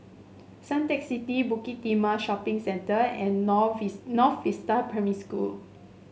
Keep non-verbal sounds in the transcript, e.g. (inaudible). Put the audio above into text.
Suntec City Bukit Timah Shopping Centre and (unintelligible) North Vista Primary School